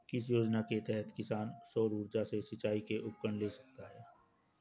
किस योजना के तहत किसान सौर ऊर्जा से सिंचाई के उपकरण ले सकता है?